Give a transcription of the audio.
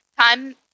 time